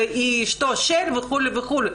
והיא "אשתו של" וכו' וכו'.